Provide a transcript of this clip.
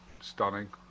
stunning